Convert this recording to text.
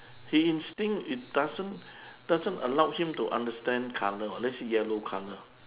he instinct it doesn't doesn't allow him to understand colour [what] let's say yellow colour